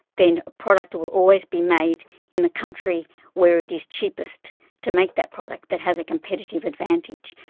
then a product will always be made in the country where it is cheapest to make that product, that has a competitive advantage.